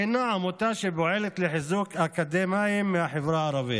שהיא עמותה שפועלת לחיזוק אקדמאים מהחברה הערבית.